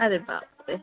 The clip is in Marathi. अरे बापरे